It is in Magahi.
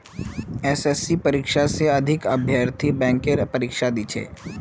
एसएससीर परीक्षा स अधिक अभ्यर्थी बैंकेर परीक्षा दी छेक